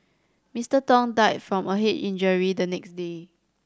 Mister Tong died from a head injury the next day